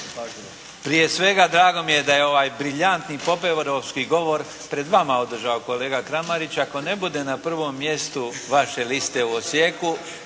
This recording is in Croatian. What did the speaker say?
Prije svega drago mi je da je ovaj briljantni …/Govornik se ne razumije./… govor pred vama održao kolega Kramarić. Ako ne bude na prvom mjestu vaše liste u Osijeku